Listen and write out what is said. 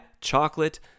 chocolate